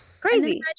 Crazy